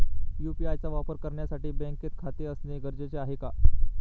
UPI चा वापर करण्यासाठी बँकेत खाते असणे गरजेचे आहे का?